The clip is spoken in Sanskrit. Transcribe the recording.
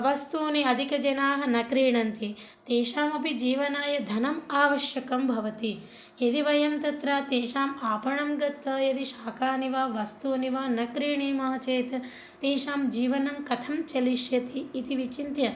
वस्तूनि अधिकजनाः न क्रीणन्ति तेषामपि जीवनाय धनम् आवश्यकं भवति यदि वयं तत्र तेषां आपणं गत्वा यदि शाकानि वा वस्तूनि वा न क्रीणीमः चेत् तेषां जीवनं कथं चलिष्यति इति विचिन्त्य